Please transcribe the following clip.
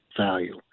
value